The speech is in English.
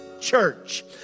church